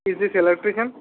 is it electrical